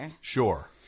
Sure